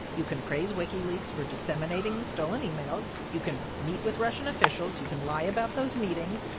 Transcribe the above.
you can praise wikileaks for disseminating the stolen emails. you can meet with russian officials. you can lie about those meetings.